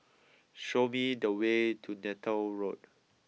show me the way to Neythal Road